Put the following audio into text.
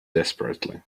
desperately